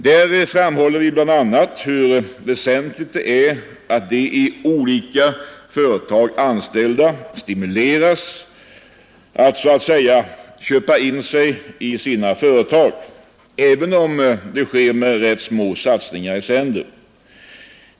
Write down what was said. Där framhåller vi bl.a. hur väsentligt det är att de i olika företag anställda stimuleras att så att säga köpa in sig i sina företag, även om det sker med rätt små satsningar i sänder.